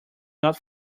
not